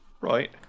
Right